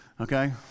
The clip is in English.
okay